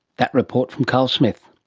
that report from carl smith.